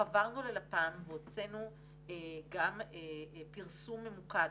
חברנו ללשכת הפרסום הממשלתית והוצאנו גם פרסום ממוקד